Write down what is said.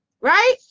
right